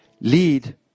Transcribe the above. lead